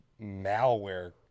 malware